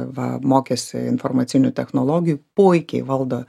va mokėsi informacinių technologijų puikiai valdo